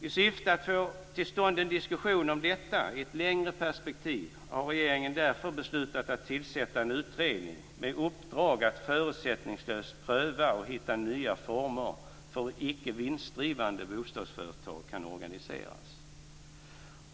I syfte att få till stånd en diskussion om detta i ett längre perspektiv har regeringen därför beslutat att tillsätta en utredning med uppdrag att förutsättningslöst pröva och hitta nya former för hur icke vinstdrivande bostadsföretag kan organiseras.